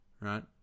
Right